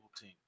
team